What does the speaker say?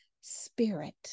spirit